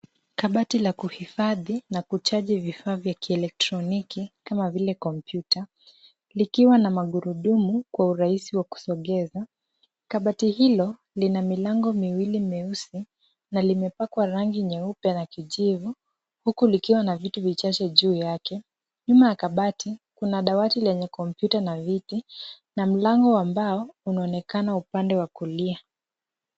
Kabati la kuhifadhi na kujaji vifaa vya kielektroniki ,kama vile kompyuta likiwa na magurudumu kwa urahisi wa kusogeza ,kabati hilo Lina milango miwili mieusi na limepakwa rangi nyeupe na kijivu , huku likiwa na vitu vichache juu yake, nyuma ya kabati Kuna dawati lenye kompyutana viti, na mlango wa mbao unaonekana kwa upande wa kulia .